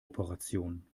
operation